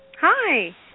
Hi